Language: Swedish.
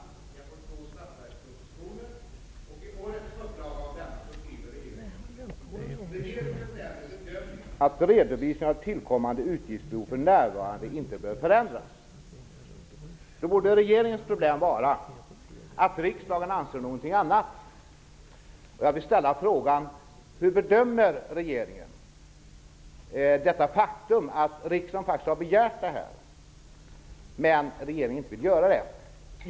Vi har fått två budgetpropositioner, och i årets upplaga skriver regeringen: Regeringen gör därmed bedömningen att redovisningen av tillkommande utgifter för närvarande inte behöver förändras. Då borde regeringens problem vara att riksdagen anser någonting annat. Jag vill ställa frågan: Hur bedömer regeringen detta faktum, att riksdagen faktiskt har begärt en redovisning, men att regeringen inte vill göra en sådan?